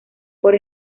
por